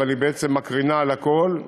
אבל היא בעצם מקרינה על הכול,